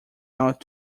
out